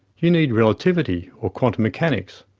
you need relativity or quantum mechanics.